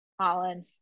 Holland